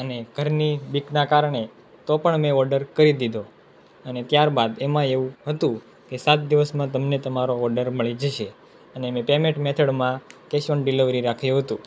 અને ઘરની બીકના કારણે તો પણ મેં ઓર્ડર કરી દીધો અને ત્યાર બાદ એમાં એવું હતું કે સાત દિવસમાં તમને તમારો ઓર્ડર મળી જશે અને એને પેમેન્ટ મેથડમાં કેશ ઓન ડિલિવરી રાખ્યું હતું